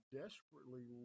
desperately